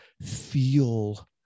feel